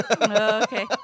okay